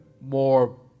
more